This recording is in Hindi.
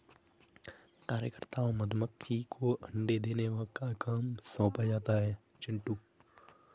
कार्यकर्ता मधुमक्खी को अंडे देने का काम सौंपा जाता है चिंटू